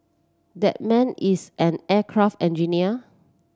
that man is an aircraft engineer